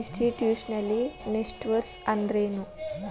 Institutional investors ಅಂದ್ರೇನು?